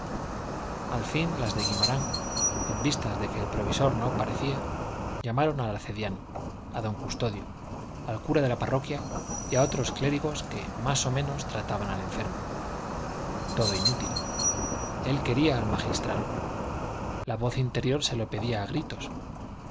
al fin las de guimarán en vista de que el provisor no parecía llamaron al arcediano a don custodio al cura de la parroquia y a otros clérigos que más o menos trataban al enfermo todo inútil él quería al magistral la voz interior se lo pedía a gritos